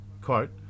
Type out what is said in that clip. quote